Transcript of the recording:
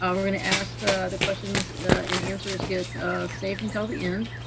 um we're going to ask the questions and answers get saved until the end.